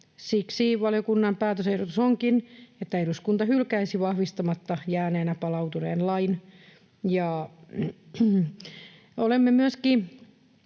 Siksi valiokunnan päätösehdotus onkin, että eduskunta hylkäisi vahvistamatta jääneenä palautuneen lain. Olemme asiaan